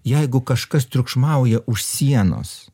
jeigu kažkas triukšmauja už sienos